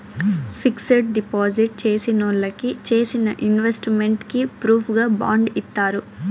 fixed deposit చేసినోళ్ళకి చేసిన investment కి ప్రూఫుగా బాండ్ ఇత్తారు